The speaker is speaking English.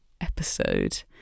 episode